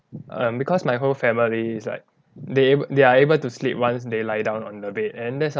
um because my whole family is like they ab~ they are able to sleep once they lie down on the bed and that's